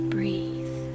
Breathe